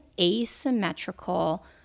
asymmetrical